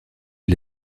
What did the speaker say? est